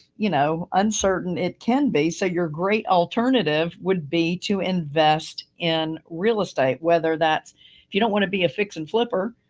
you know, uncertain it can be so your great alternative would be to invest in real estate, whether that's, if you don't want to be a fix and flipper,